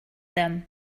them